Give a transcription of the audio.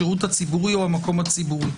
השירות הציבורי או המקום הציבורי.